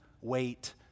wait